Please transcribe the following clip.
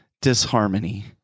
disharmony